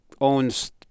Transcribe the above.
owns